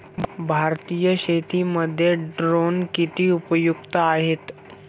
भारतीय शेतीमध्ये ड्रोन किती उपयुक्त आहेत?